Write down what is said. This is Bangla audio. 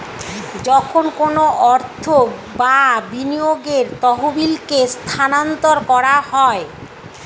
যখন কোনো অর্থ বা বিনিয়োগের তহবিলকে স্থানান্তর করা হয়